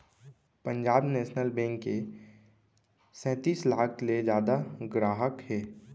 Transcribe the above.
Punjab national bank के सैतीस लाख ले जादा गराहक हे